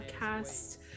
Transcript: podcast